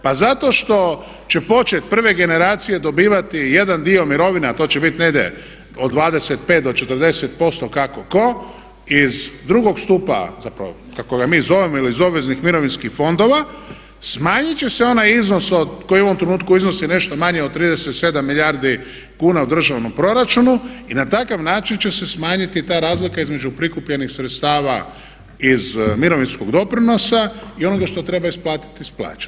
Pa zato što će početi prve generacije dobivati jedan dio mirovine a to će biti negdje od 25-40% kako tko iz drugog stupa zapravo kako ga mi zovemo ili iz obveznih mirovinskih fondova, smanjiti će se onaj iznos od koji u ovom trenutku iznosi nešto manje od 37 milijardi kuna u državnom proračunu i na takov način će se smanjiti ta razlika između prikupljenih sredstava iz mirovinskog doprinosa i onoga što treba isplatiti iz plaća.